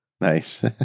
Nice